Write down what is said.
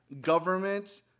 government